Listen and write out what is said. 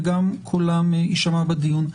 וגם קולם יישמע בדיון.